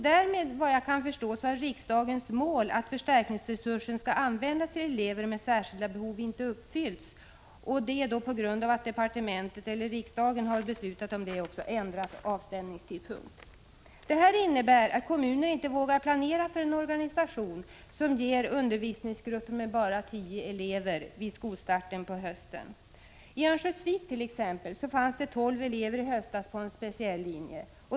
Därmed har, såvitt jag kan förstå, riksdagens mål att förstärkningsresursen skall användas till elever med särskilda behov inte uppfyllts, och detta på grund av att departementet — riksdagen har också beslutat om detta — ändrat avstämningstidpunkt. Det här innebär att kommuner inte vågar planera för en organisation som ger undervisningsgrupper med bara 10 elever vid skolstarten vid hösten. I exempelvis Örnsköldsvik fanns 12 elever i höstas på en speciell linje.